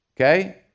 Okay